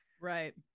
right